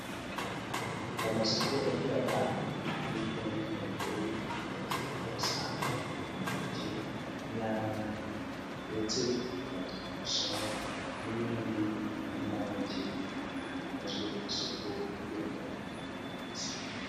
Amasoko agiye atandukanye yo hirya no hino mu gihugu, ukunze kuhasanga imineke, inyanya ndetse na tungurusumu n'ibindi binyampeke bikunzwe ku isoko ry'u Rwanda.